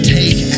take